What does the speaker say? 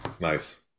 nice